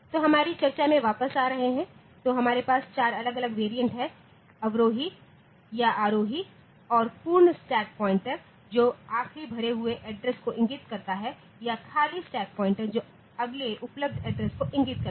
तो हमारी चर्चा में वापस आ रहे है तो हमारे पास 4 अलग अलग वेरिएंटहै अवरोही या आरोही और पूर्ण स्टैक पॉइंटर जो आखिरी भरे हुए एड्रेस को इंगित करता है या खाली स्टैक पॉइंटरजो अगले उपलब्ध एड्रेस को इंगित करता है